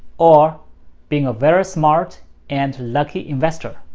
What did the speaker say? or being a very smart and lucky investor.